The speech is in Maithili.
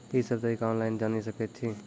ई सब तरीका ऑनलाइन जानि सकैत छी?